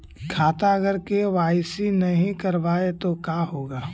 खाता अगर के.वाई.सी नही करबाए तो का होगा?